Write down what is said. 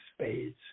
spades